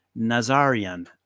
Nazarian